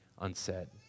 unsaid